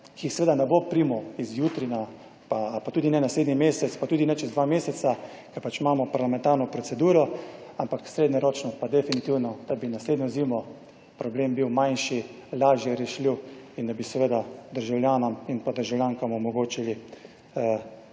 ki jih seveda ne bo primo iz jutri na, pa tudi ne naslednji mesec, pa tudi ne čez dva meseca, ker pač imamo parlamentarno proceduro, ampak srednjeročno pa definitivno, da bi naslednjo zimo problem bil manjši, lažje rešljiv in da bi seveda državljanom in državljankam omogočili